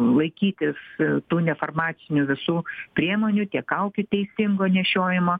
laikytis tų nefarmacinių visų priemonių tiek kaukių teisingo nešiojimo